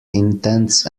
intents